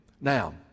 Now